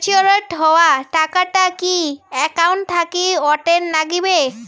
Matured হওয়া টাকাটা কি একাউন্ট থাকি অটের নাগিবে?